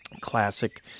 Classic